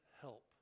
help